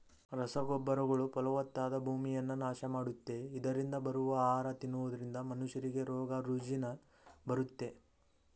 ರಸಗೊಬ್ಬರಗಳು ಫಲವತ್ತಾದ ಭೂಮಿಯನ್ನ ನಾಶ ಮಾಡುತ್ತೆ, ಇದರರಿಂದ ಬರುವ ಆಹಾರ ತಿನ್ನುವುದರಿಂದ ಮನುಷ್ಯರಿಗೆ ರೋಗ ರುಜಿನ ಬರುತ್ತೆ